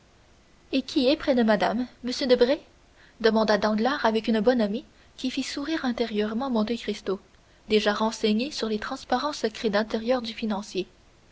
et qui est près de madame m debray demanda danglars avec une bonhomie qui fit sourire intérieurement monte cristo déjà renseigné sur les transparents secrets d'intérieur du financier